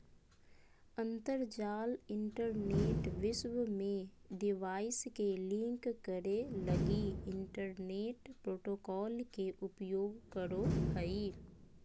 अंतरजाल इंटरनेट विश्व में डिवाइस के लिंक करे लगी इंटरनेट प्रोटोकॉल के उपयोग करो हइ